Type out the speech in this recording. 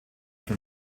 from